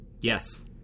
Yes